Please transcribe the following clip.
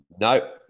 no